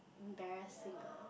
embarrassing ah